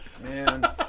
man